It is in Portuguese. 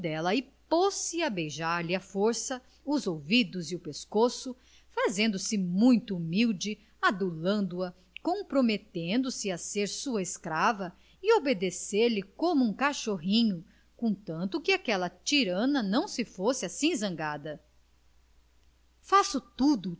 e pôs-se a beijar-lhe à força os ouvidos e o pescoço fazendo se muito humilde adulando a comprometendo se a ser sua escrava e obedecer-lhe como um cachorrinho contanto que aquela tirana não se fosse assim zangada faço tudo